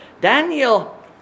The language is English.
Daniel